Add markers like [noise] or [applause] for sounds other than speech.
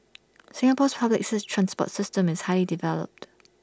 [noise] Singapore's public's transport system is highly developed